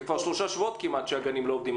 זה כבר שלושה שבועות, כמעט, שהגנים לא עובדים.